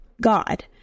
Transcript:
God